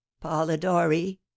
polidori